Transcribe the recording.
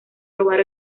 robar